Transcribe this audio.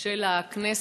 של הכנסת,